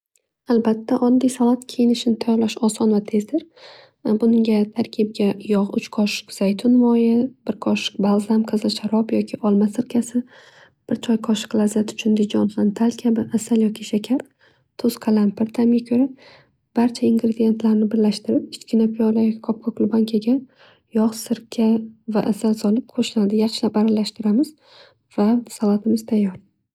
Albatta oddiy salat kiyinishini tayyorlash oson va tezdir. Bunga tarkibiga yog' uch qoshiq, zaytun moyi, bir qoshiq balzam qizil sharob yoki olma sirkasi, bir qoshiq lazzat uchun dijjol hantal kabi yoki shakar. Tuz qalampir tamga ko'ra. Barcha ingridientlarni birlashtirib uni piyola yoki qopqoqli bankaga yog' sirka asal solib qo'shiladi. Yaxshilab aralashtiramiz va salatimiz tayyor.